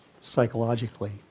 psychologically